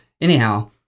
Anyhow